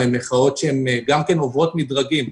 הן מחאות שעוברות מדרגים.